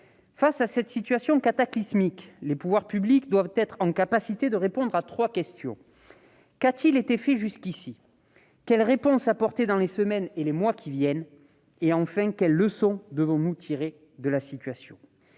Face à cette situation cataclysmique, les pouvoirs publics doivent être en mesure de répondre à trois questions. Qu'a-t-il été fait jusqu'à présent ? Quelles réponses apporter dans les semaines et les mois qui viennent ? Quelles leçons tirer de la situation ?